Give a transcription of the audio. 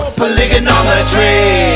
polygonometry